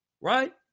right